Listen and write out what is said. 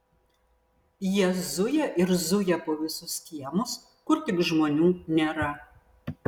jie zuja ir zuja po visus kiemus kur tik žmonių nėra